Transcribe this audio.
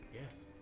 Yes